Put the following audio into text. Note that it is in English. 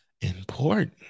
important